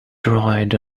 dried